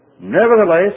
Nevertheless